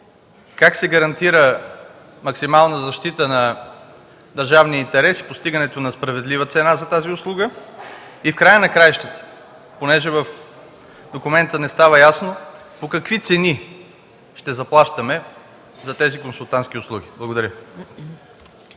как се гарантира максимална защита на държавния интерес и постигането на справедлива цена за тази услуга? И в края на краищата, понеже в документа не става ясно, по какви цени ще заплащаме за тези консултантски услуги? Благодаря.